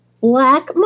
Black